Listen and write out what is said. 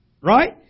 right